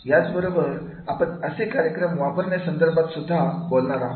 याबरोबरच आपण असे कार्यक्रम वापरण्या संदर्भात सुद्धा बोलणार आहोत